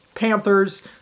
Panthers